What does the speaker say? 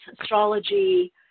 astrology